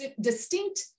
distinct